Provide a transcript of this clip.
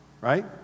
right